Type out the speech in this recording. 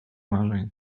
marzeń